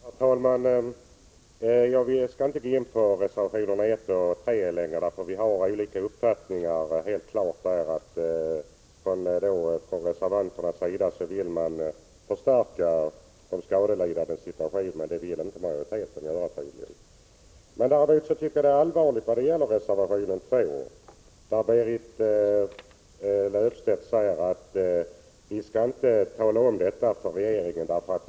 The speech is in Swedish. Herr talman! Jag skall inte gå in mer på reservationerna 1 och 3. Vi har helt klart olika uppfattningar. Vi vill från reservanternas sida förstärka de skadelidandes situation, men det vill tydligen inte majoriteten. När det gäller reservationen 2 tycker jag att det är allvarligt att Berit Löfstedt säger att vi inte skall tala om för regeringen att det finns behov av en samordning.